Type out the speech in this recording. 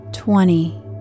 Twenty